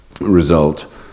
result